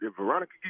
Veronica